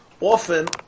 often